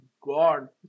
god